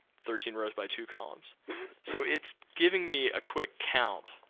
thirteen rows by two columns so, it's giving me a quick count.